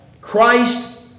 Christ